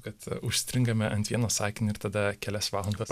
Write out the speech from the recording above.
kad užstringame ant vieno sakinio ir tada kelias valandas